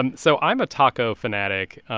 and so, i'm a taco fanatic,